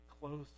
close